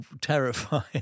terrifying